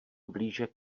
blíže